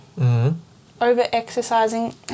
Over-exercising